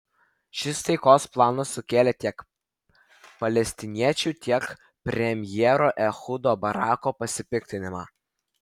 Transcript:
šis taikos planas sukėlė tiek palestiniečių tiek premjero ehudo barako pasipiktinimą